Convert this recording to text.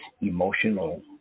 emotional